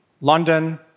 London